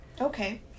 Okay